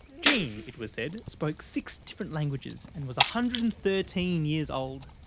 jean it was said, spoke six different languages and was a hundred and thirteen years old.